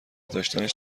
داشتنش